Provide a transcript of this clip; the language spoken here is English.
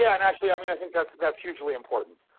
yeah and actually, i mean, i think that's that's hugely important.